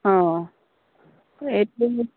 অঁ এইটো